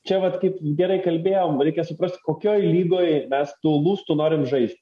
čia vat kaip gerai kalbėjom reikia suprasti kokioj lygoj mes tų lustų norim žaist